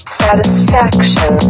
satisfaction